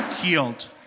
healed